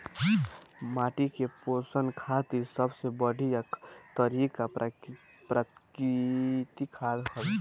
माटी के पोषण खातिर सबसे बढ़िया तरिका प्राकृतिक खाद हवे